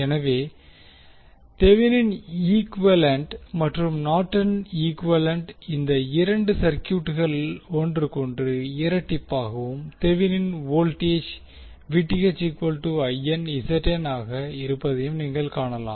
எனவே தெவினின் ஈக்குவேலன்ட் மற்றும் நார்டனின் ஈக்குவேலன்ட் இந்த இரண்டு சர்கியூட்கள் ஒருவருக்கொருவர் இரட்டிப்பாகவும் தெவினின் வோல்டேஜ் ஆக இருப்பதையும் நீங்கள் காணலாம்